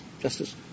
Justice